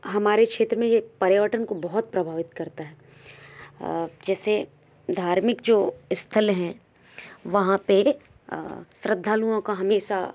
हमारे क्षेत्र में ये पर्यटन को बहुत प्रभावित करता है जैसे धार्मिक जो स्थल हैं वहाँ पर श्रद्धालुओं का हमेशा